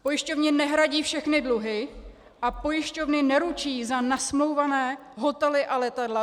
Pojišťovny nehradí všechny dluhy a pojišťovny neručí za nasmlouvané hotely a letadla.